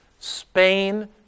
Spain